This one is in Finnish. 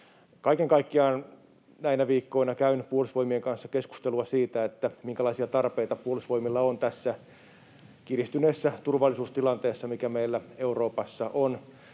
Kaiken kaikkiaan näinä viikkoina olen käynyt Puolustusvoimien kanssa keskustelua siitä, minkälaisia tarpeita Puolustusvoimilla on tässä kiristyneessä turvallisuustilanteessa, mikä meillä Euroopassa on.